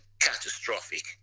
catastrophic